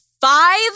five